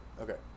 okay